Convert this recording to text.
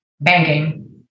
banking